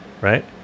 right